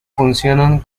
funcionan